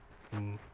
mm